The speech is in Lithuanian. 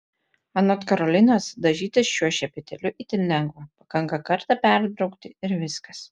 anot karolinos dažytis šiuo šepetėliu itin lengva pakanka kartą perbraukti ir viskas